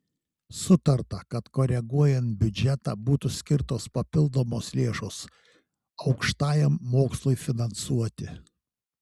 sutarta kad koreguojant biudžetą būtų skirtos papildomos lėšos aukštajam mokslui finansuoti